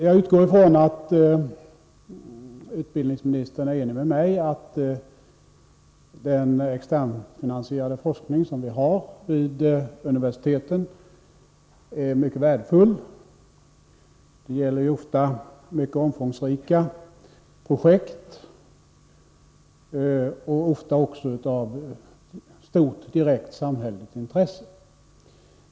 Jag utgår från att utbildningsministern är enig med mig om att den externfinansierade forskning som bedrivs vid universiteten är mycket värdefull. Det gäller ofta mycket omfångsrika projekt — många gånger av stort direkt samhälleligt intresse.